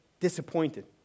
disappointed